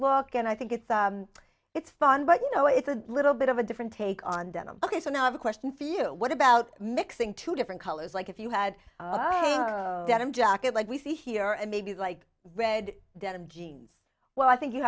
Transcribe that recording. book and i think it's it's fun but you know it's a little bit of a different take on denim ok so now i have a question for you what about mixing two different colors like if you had them jacket like we see here and maybe like red denim jeans well i think you